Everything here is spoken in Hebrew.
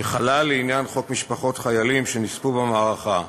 כחלל לעניין חוק משפחות חיילים שנספו במערכה,